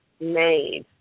made